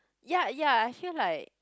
ya ya I feel like